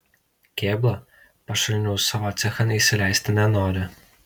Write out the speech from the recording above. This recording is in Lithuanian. kėbla pašalinių savo cechan įsileisti nenori